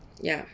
ya